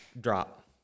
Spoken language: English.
drop